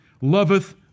loveth